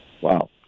Wow